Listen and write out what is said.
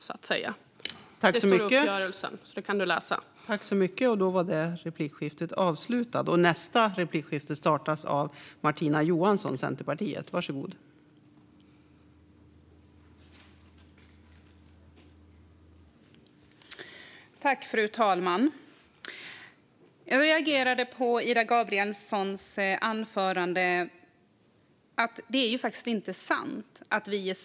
Det står i uppgörelsen, så det kan Hans Eklind läsa.